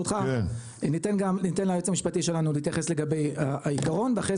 ניתן ליועץ המשפטי שלנו להתייחס לגבי העיקרון ואחרי